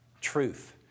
truth